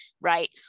right